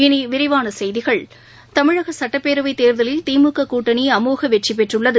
இனி விரிவான செய்திகள் தமிழக சட்டப்பேரவை தேர்தலில் திமுக கூட்டணி அமோக வெற்றி பெற்றுள்ளது